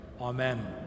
Amen